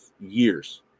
years